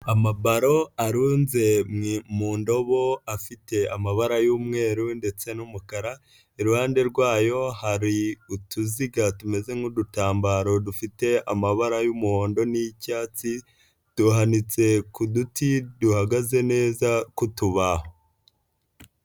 Imipira yo gukina irunze mu ndobo ifite amabara y'umweru ndetse n'umukara, iruhande rwayo hari utuziga tumeze nk'udutambaro dufite amabara y'umuhondo n'icyatsi, duhanitse ku duti duhagaze neza kw'utubaho.